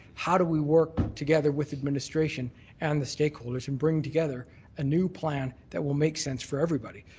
how do we work together with administration and the stakeholders and bring together a new plan that will make sense for everybody.